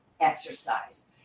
exercise